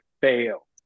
fail